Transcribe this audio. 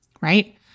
right